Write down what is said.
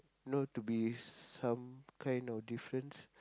know to be some kind of difference